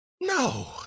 no